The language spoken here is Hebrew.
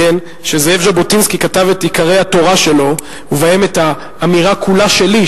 שזאב ז'בוטינסקי כתב את עיקרי התורה שלו ובהם את האמירה "כולה שלי",